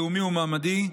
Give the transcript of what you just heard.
לאומי ומעמדי,